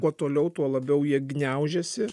kuo toliau tuo labiau jie gniaužiasi